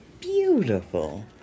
beautiful